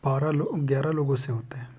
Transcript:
बारह लो ग्यारह लोगों से होते हैं